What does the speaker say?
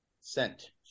sent